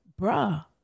bruh